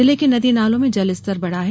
जिले के नदी नालों में जलस्तर बढा है